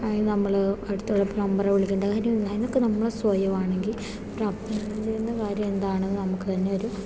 അതിന് നമ്മൾ അടുത്തുള്ള പ്ലംമ്പറെ വിളിക്കേണ്ട കാര്യം ഉണ്ടോ അതിനൊക്കെ നമ്മൾ സ്വയമാണെങ്കിൽ ചെയ്യുന്ന കാര്യം എന്താണെന്ന് നമുക്ക് തന്നെ ഒരു